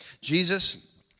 Jesus